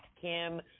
Kim